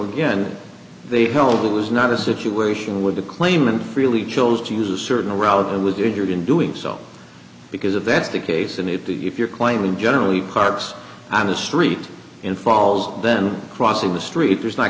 again they held it was not a situation with the claimant freely chose to use a certain reality i was injured in doing so because of that's the case and if the if you're claiming generally parks on a street in falls then crossing the street there's not